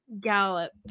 gallop